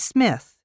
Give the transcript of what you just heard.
Smith